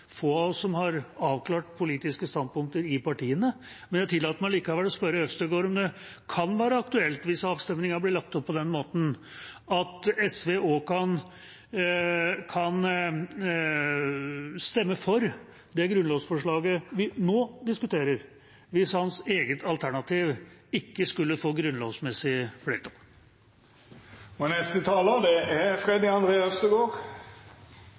få av oss som har avklart politiske standpunkter i partiene, men jeg tillater meg likevel å spørre Øvstegård om det kan være aktuelt, hvis avstemningen blir lagt opp på den måten, at SV kan stemme for det grunnlovsforslaget vi nå diskuterer, hvis hans eget alternativ ikke skulle få grunnlovsmessig flertall? Man skal ikke nødvendigvis gjøre forskjell på folk i Grunnloven, men det er